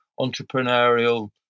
entrepreneurial